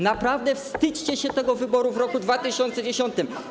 Naprawdę wstydźcie się tego wyboru w roku 2010.